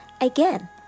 again